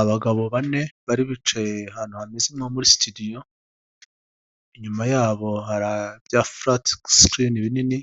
Abagabo bane bari bicaye ahantu hameze nko muri situdiyo, inyuma yabo harya furati sikirini binini,